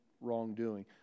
wrongdoing